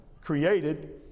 created